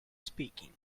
speaking